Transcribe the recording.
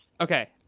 Okay